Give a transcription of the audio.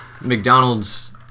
McDonald's